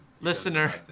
Listener